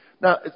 Now